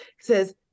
says